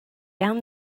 down